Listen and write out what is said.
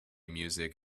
music